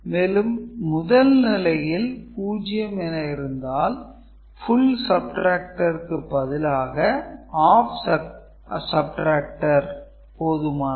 மேலும் முதல் நிலையில் 0 என இருந்தால் "Full subtractor" க்கு பதிலாக "Half subtractor" போதுமானது